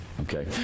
okay